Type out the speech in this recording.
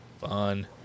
Fun